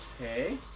Okay